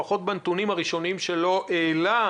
לפחות בנתונים הראשוניים שלו העלה,